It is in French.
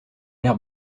l’air